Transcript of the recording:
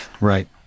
Right